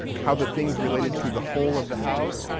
how the thing's related to the whole of the house,